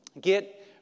Get